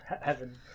heaven